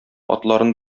атларын